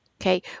okay